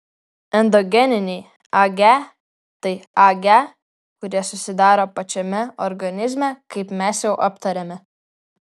endogeniniai age tai age kurie susidaro pačiame organizme kaip mes jau aptarėme